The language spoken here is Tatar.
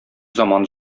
заман